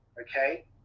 Okay